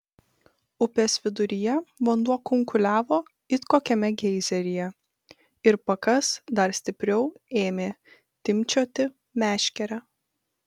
upės viduryje vanduo kunkuliavo it kokiame geizeryje ir pakas dar stipriau ėmė timpčioti meškerę